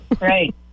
Right